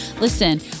Listen